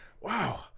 Wow